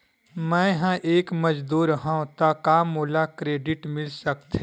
मैं ह एक मजदूर हंव त का मोला क्रेडिट मिल सकथे?